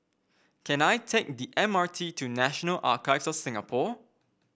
can I take the M R T to National of Singapore